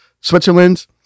Switzerland